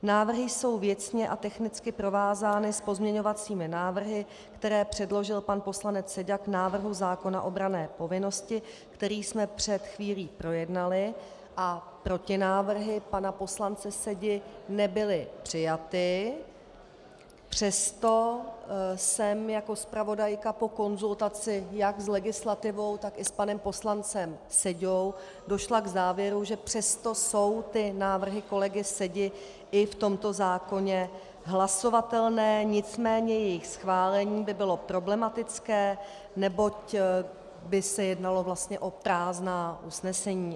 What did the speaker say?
Návrhy jsou věcně a technicky provázány s pozměňovacími návrhy, které předložil pan poslanec Seďa k návrhu zákona o branné povinnosti, který jsme před chvílí projednali, a protinávrhy pana poslance Sedi nebyly přijaty, přesto jsem jako zpravodajka po konzultaci jak s legislativou, tak i panem poslancem Seďou, došla k závěru, že přesto jsou návrhy kolegy Sedi i v tomto zákoně hlasovatelné, nicméně jejich schválení by bylo problematické, neboť by se jednalo o prázdná usnesení.